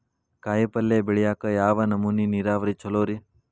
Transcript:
ಕಾಯಿಪಲ್ಯ ಬೆಳಿಯಾಕ ಯಾವ ನಮೂನಿ ನೇರಾವರಿ ಛಲೋ ರಿ?